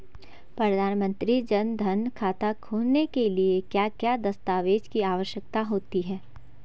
प्रधानमंत्री जन धन खाता खोलने के लिए क्या क्या दस्तावेज़ की आवश्यकता होती है?